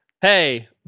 Hey